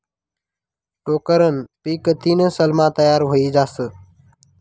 टोक्करनं पीक तीन सालमा तयार व्हयी जास